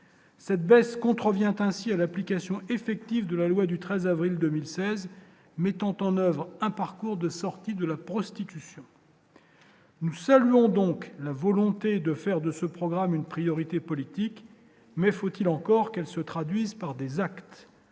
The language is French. cette baisse compte revient ainsi à l'application effective de la loi du 13 avril 2016 mettant en oeuvre un parcours de sortie de la prostitution. Nous saluons donc la volonté de faire de ce programme une priorité politique mais faut-il encore qu'elle se traduise par des actes,